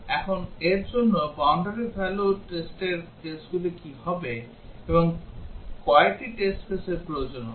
এখন এর জন্য বাউন্ডারি ভ্যালু টেস্টের কেসগুলি কি হবে এবং কয়টি টেস্ট কেসের প্রয়োজন হবে